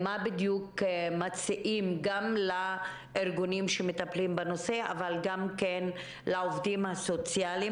מה בדיוק מציעים גם לארגונים שמטפלים בנושא אבל גם לעובדים הסוציאליים.